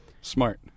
Smart